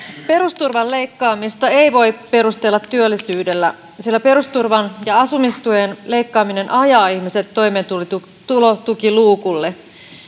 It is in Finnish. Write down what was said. perusturvan leikkaamista ei voi perustella työllisyydellä sillä perusturvan ja asumistuen leikkaaminen ajaa ihmiset toimeentulotukiluukulle